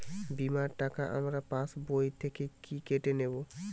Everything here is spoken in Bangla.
বিমার টাকা আমার পাশ বই থেকে কি কেটে নেবে?